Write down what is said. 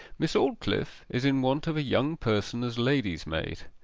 miss aldclyffe is in want of a young person as lady's-maid.